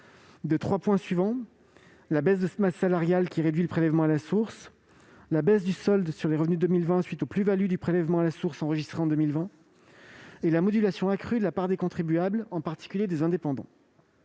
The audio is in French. des trois points suivants : la baisse de la masse salariale, qui réduit le prélèvement à la source ; la baisse du solde sur les revenus de 2020 à la suite des plus-values du prélèvement à la source enregistrées en 2020 ; la modulation accrue de la part des contribuables, en particulier des indépendants.